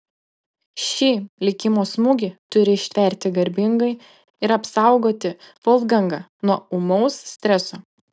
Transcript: šį likimo smūgį turi ištverti garbingai ir apsaugoti volfgangą nuo ūmaus streso